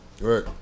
Right